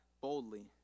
boldly